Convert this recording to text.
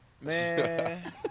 Man